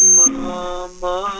mama